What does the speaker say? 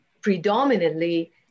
predominantly